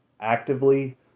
actively